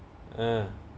err